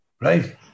Right